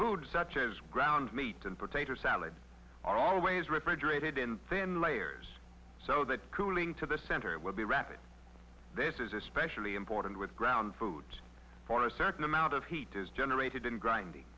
foods such as ground meat and potato salad are always refrigerated in thin layers so that cooling to the center will be rapid this is especially important with ground foods for a certain amount of heat is generated in grinding